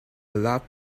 lot